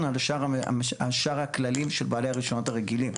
על שאר הכללים של בעלי הרישיונות הרגילים.